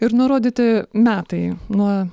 ir nurodyti metai nuo